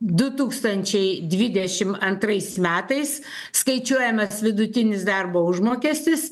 du tūkstančiai dvidešimt antrais metais skaičiuojamas vidutinis darbo užmokestis